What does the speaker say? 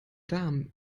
darm